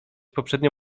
poprzednio